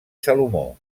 salomó